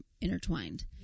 intertwined